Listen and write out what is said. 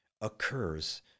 occurs